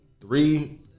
three